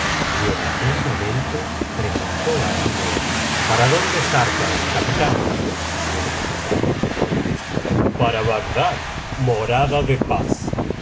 y en aquel momento preguntó alí nur para dónde zarpas capitán y el capitán contestó para bagdad morada de paz